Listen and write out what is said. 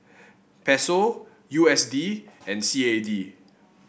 Peso U S D and C A D